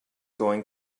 going